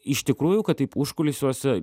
iš tikrųjų kad taip užkulisiuose